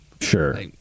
Sure